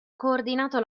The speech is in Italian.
coordinato